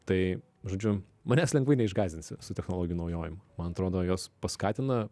tai žodžiu manes lengvai neišgąsdinsi su technologijų naujojom man atrodo jos paskatina